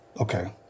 Okay